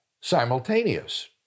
simultaneous